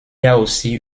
aussi